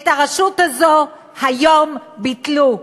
את הרשות הזאת היום ביטלו,